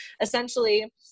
essentially